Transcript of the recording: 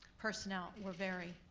personnel, were very,